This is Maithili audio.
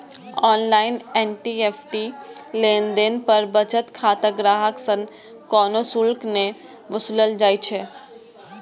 ऑनलाइन एन.ई.एफ.टी लेनदेन पर बचत खाता ग्राहक सं कोनो शुल्क नै वसूलल जाइ छै